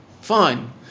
Fine